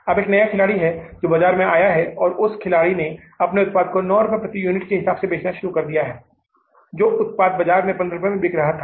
अब एक नया खिलाड़ी है जो बाजार में आया है और उस खिलाड़ी ने अपने उत्पाद को 9 रुपए प्रति यूनिट के हिसाब से बेचना शुरू कर दिया है जो उत्पाद बाजार में 15 रुपए में बिक रहा है